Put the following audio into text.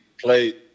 played